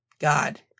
God